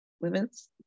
women's